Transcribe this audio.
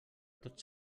tots